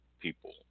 people